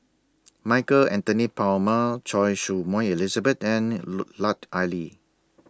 Michael Anthony Palmer Choy Su Moi Elizabeth and Lut Ali